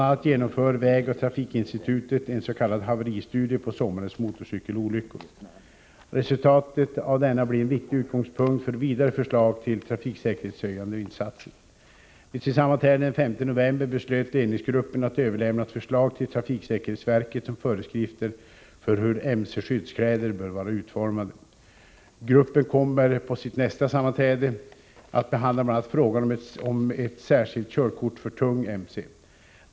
a. genomför vägoch trafikinstitutet en s.k. haveristudie på sommarens motorcykelolyckor. Resultatet av denna blir en viktig utgångspunkt för vidare förslag till trafiksäkerhetshöjande insatser. Vid sitt sammanträde den 5 november beslöt ledningsgruppen att överlämna ett förslag till trafiksäkerhetsverket om föreskrifter för hur mc-skyddskläder bör vara utformade. Gruppen kommer på sitt nästa sammanträde att behandla bl.a. frågan om ett särskilt körkort för tung mc.